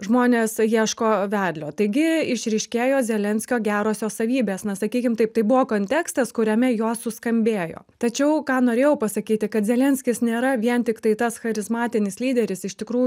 žmonės ieško vedlio taigi išryškėjo zelenskio gerosios savybės na sakykim taip tai buvo kontekstas kuriame jos suskambėjo tačiau ką norėjau pasakyti kad zelenskis nėra vien tiktai tas charizmatinis lyderis iš tikrų